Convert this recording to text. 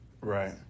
Right